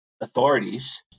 authorities